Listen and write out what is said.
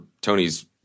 Tony's